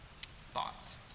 Thoughts